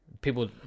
people